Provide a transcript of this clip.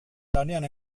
lanean